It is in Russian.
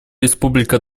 республика